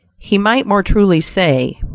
he might more truly say,